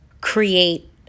create